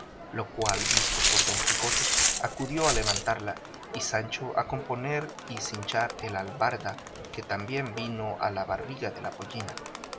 lo cual visto por don quijote acudió a levantarla y sancho a componer y cinchar el albarda que también vino a la barriga de la pollina